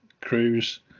cruise